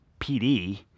PD